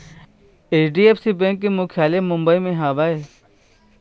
HDFC bank के मुख्यालय मुंबई म हवय